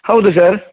ಹೌದು ಸರ್